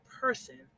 person